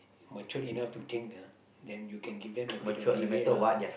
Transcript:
matured enough to think ah then you can give them a bit of leeway lah